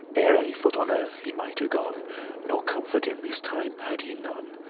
ere any foot on earth he mighte gon nor comfort in this time had he none,